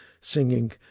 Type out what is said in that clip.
singing